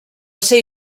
ser